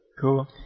Cool